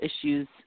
issues